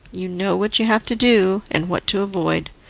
you know what you have to do, and what to avoid,